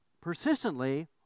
persistently